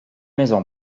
maisons